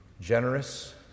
generous